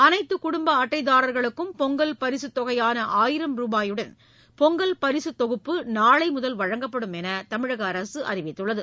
அனைத்து குடும்ப அட்டைதாரர்களுக்கும் பொங்கல் பரிசுத் தொகையான ஆயிரம் ரூபாயுடன் பொங்கல் பரிசுத் தொகுப்பு நாளை முதல் வழங்கப்படும் என்று தமிழக அரசு அறிவித்துள்ளது